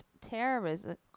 terrorism